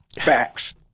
facts